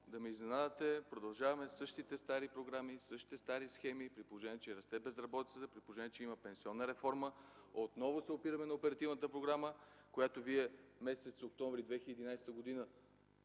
да ме изненадате. Продължаваме със същите стари програми, със същите стари схеми, при положение че расте безработицата, при положение, че има пенсионна реформа. Отново се опираме на оперативната програма, от която Вие през месец октомври 2011 г.